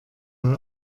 mal